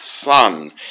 Son